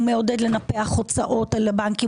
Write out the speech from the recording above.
הוא מעודד לנפח הוצאות על הבנקים,